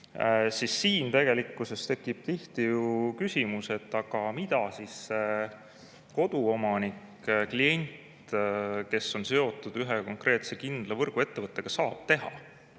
siis siin tekib tihti ju küsimus, et aga mida koduomanik, klient, kes on seotud ühe konkreetse, kindla võrguettevõttega, saab teha,